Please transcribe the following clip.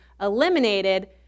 eliminated